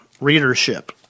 readership